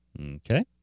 Okay